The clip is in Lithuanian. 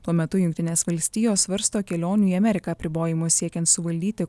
tuo metu jungtinės valstijos svarsto kelionių į ameriką apribojimus siekiant suvaldyti